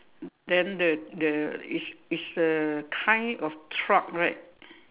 then the the it's it's a kind of truck right